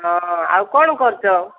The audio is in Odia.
ହଁ ଆଉ କ'ଣ କରୁଛ